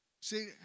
See